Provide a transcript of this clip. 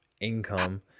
income